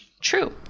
true